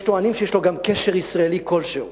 ויש טוענים שיש לו גם קשר ישראלי כלשהו.